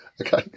okay